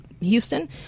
Houston